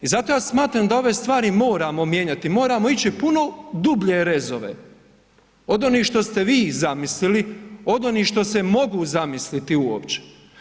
I zato ja smatram da ove stvari moramo mijenjati, moramo ići u puno dublje rezove od onih što ste vi zamislili, od onih što se mogu zamisliti uopće.